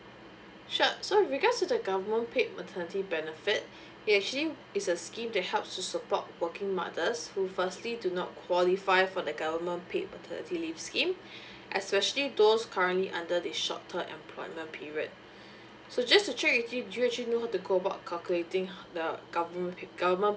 sure so with regards to the government paid maternity benefit it actually is a scheme that helps to support working mothers who firstly do not qualify for the government paid maternity leave scheme especially those currently under the short term employment period so just to check with you do you actually know how to go about calculating the government